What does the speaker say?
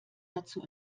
dazu